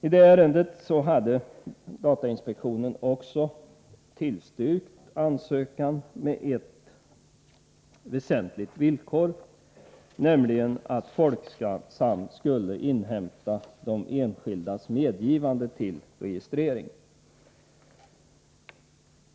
I det ärendet hade datainspektionen också tillstyrkt ansökan, men ställt SBEIRNS AVES datafrågor ett väsentligt villkor, nämligen att Folksam skulle inhämta de enskildas medgivande till registrering.